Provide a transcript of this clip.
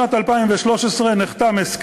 ההתיישבות העובדת נמצאת בחזית: